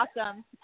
awesome